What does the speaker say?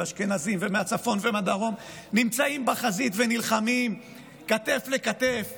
אשכנזים ומהצפון ומהדרום נמצאים בחזית ונלחמים כתף אל כתף